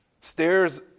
Stairs